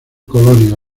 colonia